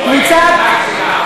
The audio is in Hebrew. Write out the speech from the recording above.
של קבוצת סיעת בל"ד